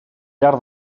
llar